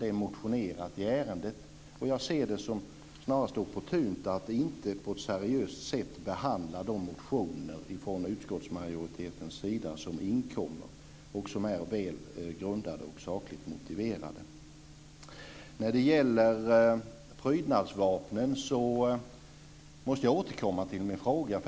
Det är motionerat i ärendet, och jag ser det snarast som opportunt att man inte från utskottsmajoritetens sida på ett seriöst sätt behandlar de motioner som har inkommit och som är väl grundade och sakligt motiverade. När det gäller prydnadsvapen måste jag återkomma till min fråga.